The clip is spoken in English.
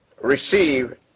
receive